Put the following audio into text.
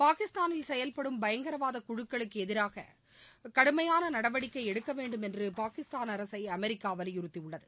பாகிஸ்தானில் செயல்படும் பயங்கரவாத குழுக்களுக்கு எதிராக கடுமையான நடவடிக்கை எடுக்க வேண்டும் என்று பாகிஸ்தான் அரசை அமெரிக்கா வலியுறுத்தியுள்ளது